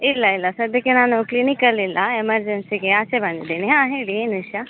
ಇಲ್ಲ ಇಲ್ಲ ಸದ್ಯಕ್ಕೆ ನಾನು ಕ್ಲಿನಿಕಲಿಲ್ಲ ಎಮರ್ಜೆನ್ಸಿಗೆ ಆಚೆ ಬಂದಿದ್ದೀನಿ ಹಾಂ ಹೇಳಿ ಏನು ವಿಷಯ